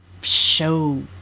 show